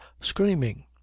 screaming